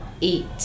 eat